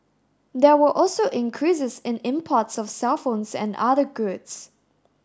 there were also increases in imports of cellphones and other goods